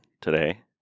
today